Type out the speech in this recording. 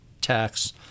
tax